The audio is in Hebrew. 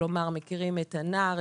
כלומר מכירים את הנער,